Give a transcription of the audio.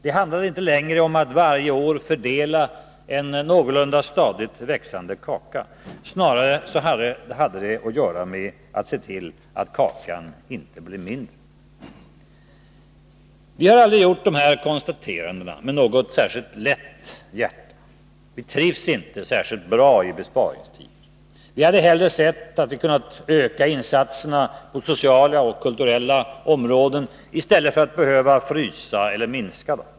Det handlade inte längre om att varje år fördela en någorlunda stadigt växande kaka, snarare hade det att göra med att se till att kakan inte blev mindre. Vi har aldrig gjort de här konstaterandena med lätt hjärta. Vi trivs inte särskilt bra i besparingstider. Vi hade hellre sett att vi kunnat öka insatserna på sociala och kulturella områden i stället för att behöva frysa eller minska dem.